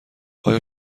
آیا